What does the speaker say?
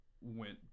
went